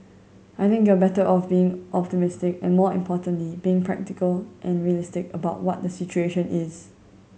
I think you're better off being optimistic and more importantly being practical and realistic about what the situation is